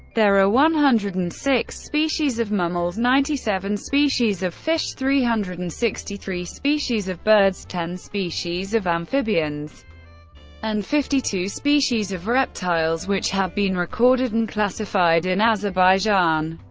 there are one hundred and six species of mammals, ninety seven species of fish, three hundred and sixty three species of birds, ten species of amphibians and fifty two species of reptiles which have been recorded and classified in azerbaijan.